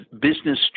business